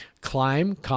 Climb